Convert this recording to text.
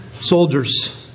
soldiers